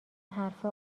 حرفها